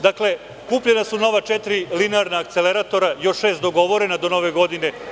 Dakle, kupljena su nova četiri linearna akceleratora i još šest dogovorena do Nove godine.